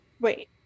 wait